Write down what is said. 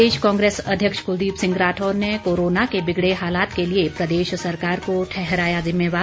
प्रदेश कांग्रेस अध्यक्ष कुलदीप सिंह राठौर ने कोरोना के बिगड़े हालात के लिए प्रदेश सरकार को ठहराया जिम्मेवार